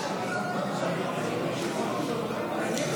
לא נתקבלה.